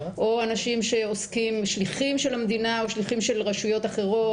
או שליחים של המדינה או שליחים של רשויות אחרות,